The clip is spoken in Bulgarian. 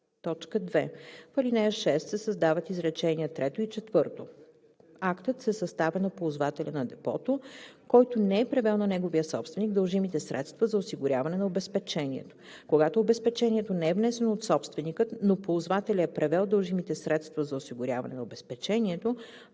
2. В ал. 6 се създават изречения трето и четвърто: „Актът се съставя на ползвателя на депото, който не е превел на неговия собственик дължимите средства за осигуряване на обезпечението. Когато обезпечението не е внесено от собственика, но ползвателят е превел дължимите средства за осигуряване на обезпечението,